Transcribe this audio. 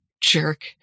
jerk